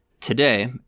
today